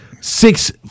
six